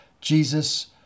Jesus